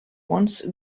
once